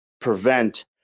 prevent